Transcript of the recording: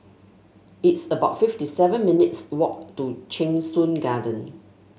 it's about fifty seven minutes' walk to Cheng Soon Garden